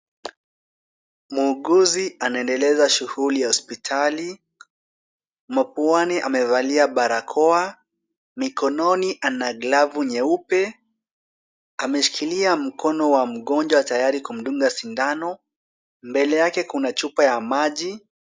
Muuguzi anaendeleza shughuli ya hospitali. Mapuani amevalia barakoa, mikononi ana glavu nyeupe. Ameshikilia mkono wa mgonjwa tayari kumdunga sindano, mbele yake kuna chupa ya maji.